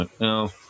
No